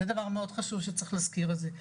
זה דבר מאוד חשוב שצריך להזכיר את זה.